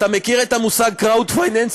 אתה מכיר את המושג crowd financing?